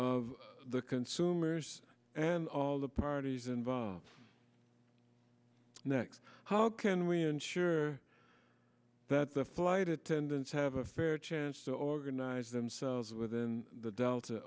of the consumers and all the parties involved next how can we ensure that the flight attendants have a fair chance to organize themselves within the delta